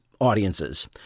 audiences